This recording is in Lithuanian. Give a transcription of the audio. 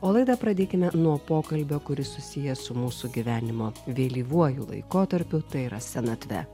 o laidą pradėkime nuo pokalbio kuris susijęs su mūsų gyvenimo vėlyvuoju laikotarpiu tai yra senatve